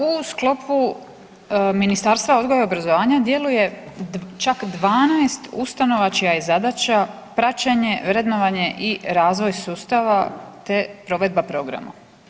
U sklopu Ministarstva odgoja i obrazovanja djeluje čak 12 ustanova čija je zadaća praćenje, vrednovanje i razvoj sustava te provedba programa.